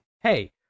hey